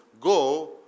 go